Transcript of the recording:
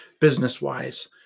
business-wise